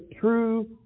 true